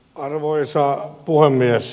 arvoisa puhemies